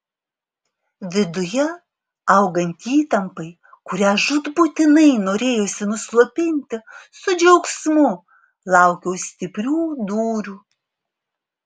viduje augant įtampai kurią žūtbūtinai norėjosi nuslopinti su džiaugsmu laukiau stiprių dūrių